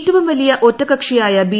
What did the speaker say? ഏറ്റവും വലിയ ഒറ്റക്കക്ഷിയായ ബി